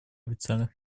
официальных